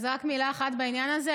אז רק מילה אחת בעניין הזה.